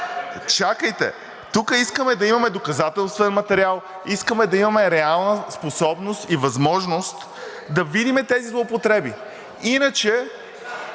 чакайте, ние искаме тук да имаме доказателствен материал, искаме да имаме реална способност и възможност да видим тези злоупотреби. Знаете